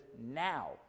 now